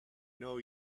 know